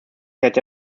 kehrte